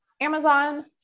Amazon